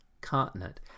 continent